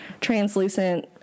Translucent